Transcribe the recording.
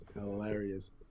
Hilarious